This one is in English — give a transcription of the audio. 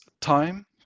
time